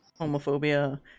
homophobia